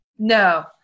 no